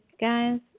guys